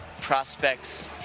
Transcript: prospects